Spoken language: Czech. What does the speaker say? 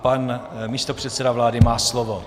Pan místopředseda vlády má slovo.